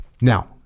now